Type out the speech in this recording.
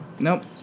Nope